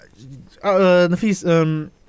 Nafis